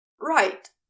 Right